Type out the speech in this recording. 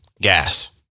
gas